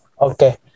Okay